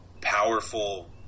powerful